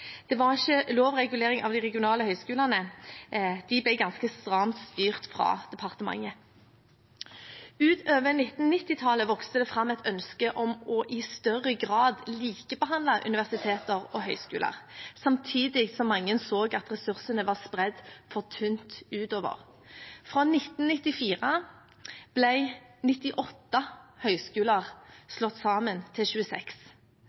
Det var ikke lovregulering av de regionale høyskolene. De ble ganske stramt styrt fra departementet. Utover 1990-tallet vokste det fram et ønske om i større grad å likebehandle universiteter og høyskoler, samtidig som mange så at ressursene var spredt for tynt utover. Fra 1994 ble 98 høyskoler slått sammen til 26.